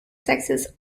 sexes